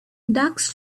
ducks